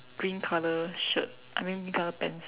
green color shirt I mean green color pants